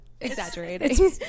exaggerating